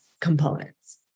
components